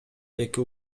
эки